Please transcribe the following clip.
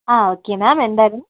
ആ okay ma'am എന്തായിരുന്നു